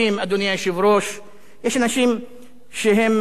יש אנשים שהם כבר אדיקטים